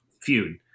feud